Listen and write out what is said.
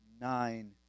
nine